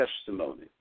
testimony